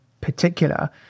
particular